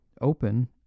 Open